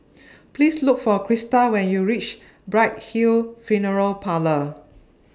Please Look For Crista when YOU REACH Bright Hill Funeral Parlour